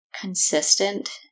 consistent